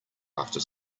after